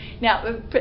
now